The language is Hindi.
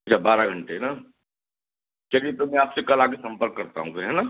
अच्छा बारा घंटे ना चलिए फिर मैं आप से कल आ कर संपर्क करता हूँ फिर है ना